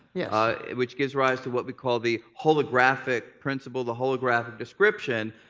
yeah ah which gives rise to what we call the holographic principle, the holographic description.